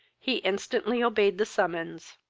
he instantly obeyed the summons.